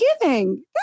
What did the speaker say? giving